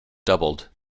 doubled